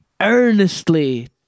earnestly